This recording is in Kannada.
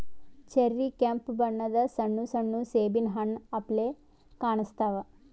ಚೆರ್ರಿ ಕೆಂಪ್ ಬಣ್ಣದ್ ಸಣ್ಣ ಸಣ್ಣು ಸೇಬಿನ್ ಹಣ್ಣ್ ಅಪ್ಲೆ ಕಾಣಸ್ತಾವ್